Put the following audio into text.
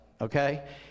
Okay